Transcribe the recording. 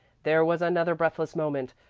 there was another breathless moment.